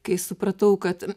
kai supratau kad